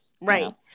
Right